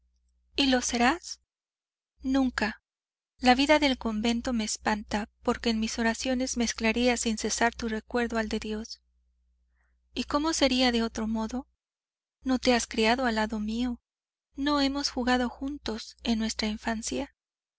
y lo serás nunca la vida del convento me espanta porque en mis oraciones mezclaría sin cesar tu recuerdo al de dios y cómo sería de otro modo no te has criado al lado mío no hemos jugado juntos en nuestra infancia